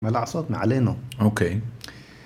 מה לעשות מעלינו, אוקיי.